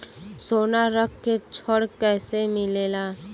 सोना रख के ऋण कैसे मिलेला?